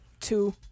two